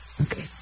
Okay